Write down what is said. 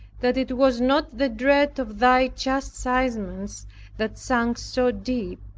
that it was not the dread of thy chastisements that sunk so deep,